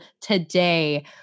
today